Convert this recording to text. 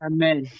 Amen